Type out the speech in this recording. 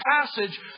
passage